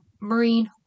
Marine